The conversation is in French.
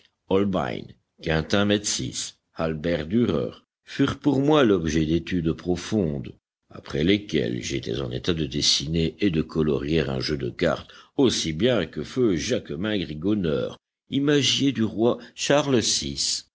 holbein quintin metsys albert dürer furent pour moi l'objet d'études profondes après lesquelles j'étais en état de dessiner et de colorier un jeu de cartes aussi bien que feu jacquemin gringoneur imagier du roi charles vi